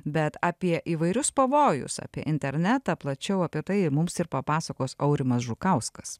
bet apie įvairius pavojus apie internetą plačiau apie tai mums ir papasakos aurimas žukauskas